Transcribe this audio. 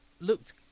looked